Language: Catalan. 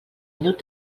minut